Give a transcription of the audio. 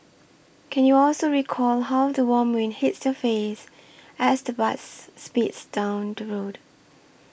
can you also recall how the warm wind hits your face as the bus speeds down the road